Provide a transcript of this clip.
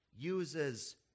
uses